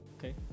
Okay